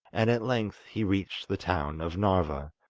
and at length he reached the town of narva,